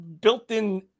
built-in